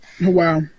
Wow